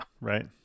Right